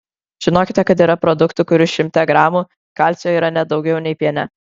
žinokite kad yra produktų kurių šimte gramų kalcio yra net daugiau nei piene